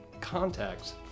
contacts